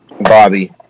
Bobby